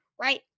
Right